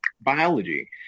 Biology